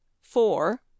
Four